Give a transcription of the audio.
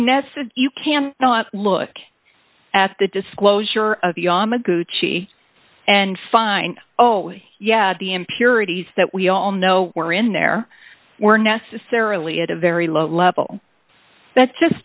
know you can not look at the disclosure of the yamaguchi and find oh yeah the impurities that we all know were in there were necessarily at a very low level that just